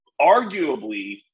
arguably